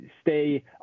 stay